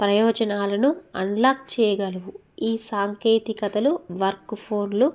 ప్రయోజనాలను అన్లాక్ చేయగలవు ఈ సాంకేతికతలు వర్క్ ఫోన్లు